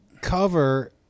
cover